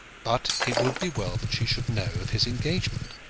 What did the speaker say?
but it would be well that she should know of his engagement.